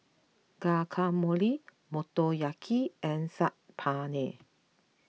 Guacamole Motoyaki and Saag Paneer